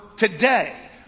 Today